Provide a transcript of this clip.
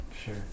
Sure